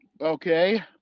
Okay